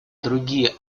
другие